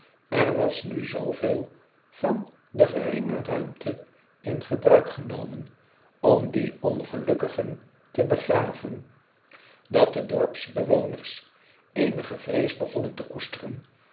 er was nu zooveel van de geringe ruimte in gebruik genomen om die ongelukkigen te begraven dat de dorpsbewoners eenige vrees begonnen te koesteren